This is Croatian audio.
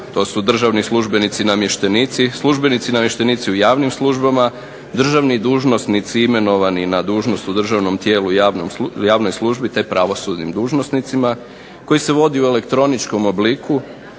to su državni službenici i namještenici, službenici i namještenici u javnim službama, državni dužnosnici imenovani na dužnost u državnom tijelu, javnoj službi, te pravosudnim dužnosnicima koji se vodi u elektroničkom obliku